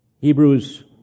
Hebrews